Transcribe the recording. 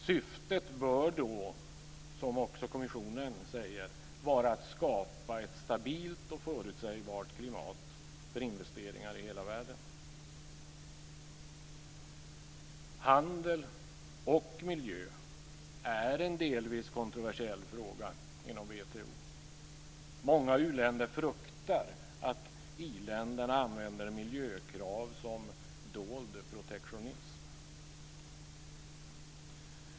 Syftet bör då, som också kommissionen säger, vara att skapa ett stabilt och förutsägbart klimat för investeringar i hela världen. Handel och miljö är en delvis kontroversiell fråga inom WTO. Många u-länder fruktar att i-länderna använder miljökrav som dold protektionism.